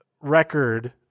record